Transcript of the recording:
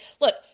Look